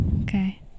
Okay